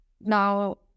Now